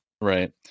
right